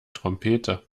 trompete